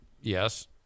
Yes